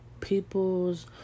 people's